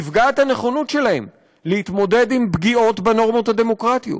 נפגעת הנכונות שלהם להתמודד עם פגיעות בנורמות הדמוקרטיות.